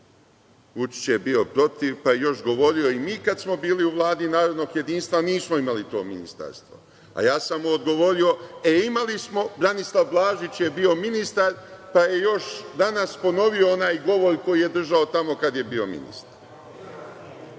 Vučić je bio protiv, pa je još govorio – i mi kad smo bili u Vladi narodnog jedinstva, nismo imali to ministarstvo. A ja sam mu odgovorio – e, imali smo, Branislav Blažić je bio ministar, pa je još danas ponovio onaj govor koji je držao tamo kada je bio ministar. Znači,